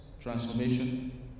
transformation